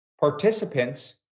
participants